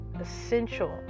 essential